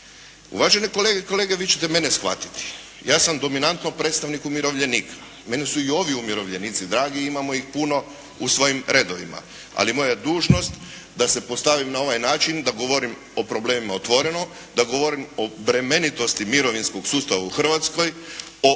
Uvažene kolegice i kolege, vi ćete mene shvatiti. Ja sam dominantno predstavnik umirovljenika, meni su i ovi umirovljenici dragi i imamo ih puno u svojim redovima ali moja je dužnost da se postavim na ovaj način da govorim o problemima otvoreno, da govorim o bremenitosti mirovinskog sustava u Hrvatskoj, o